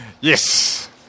Yes